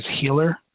Healer